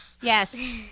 Yes